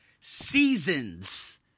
seasons